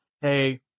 hey